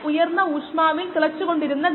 tank നിറയ്ക്കാൻ എത്ര സമയമെടുക്കും